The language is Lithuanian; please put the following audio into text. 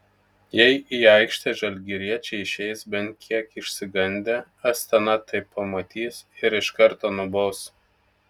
jei į aikštę žalgiriečiai išeis bent kiek išsigandę astana tai pamatys ir iš karto nubaus